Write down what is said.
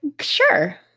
Sure